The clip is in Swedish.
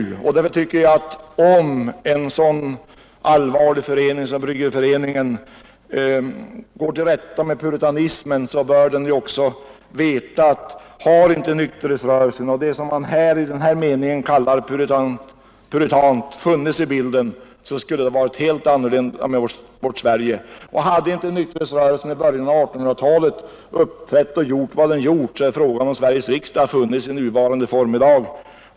Mot denna bakgrund tycker jag att om en sådan allvarlig förening som Bryggareföreningen går till rätta med puritanismen bör den också veta, att hade inte nykterhetsrörelsen och det som man i denna mening kallar puritanskt funnits med i bilden skulle det ha varit helt annorlunda med vårt Sverige. Hade inte nykterhetsrörelsen i början av 1800-talet uppträtt och gjort vad den gjorde är frågan om Sveriges riksdag funnits i nuvarande form i dag.